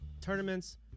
tournaments